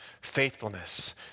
faithfulness